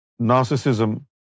narcissism